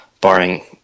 barring